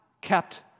kept